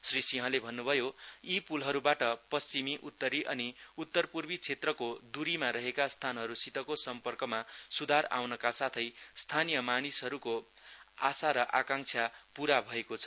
श्री सिंहले भन्नुभयो यी पुलहरुबाट पश्चिमी अनि उत्तरपूर्वी क्षेत्रको दूरीमा रहेका स्थानहरु सितको संर्म्पकमा सुधार आउनका साथै स्थानीय मानिसहरुको आसा र आकांक्षा पूरा भएको छ